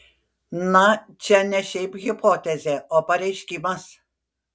na čia ne šiaip hipotezė o pareiškimas